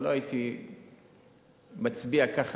אבל לא הייתי מצביע ככה,